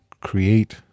create